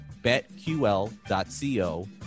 betql.co